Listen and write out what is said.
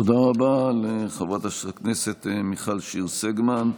תודה רבה לחברת הכנסת מיכל שיר סגמן.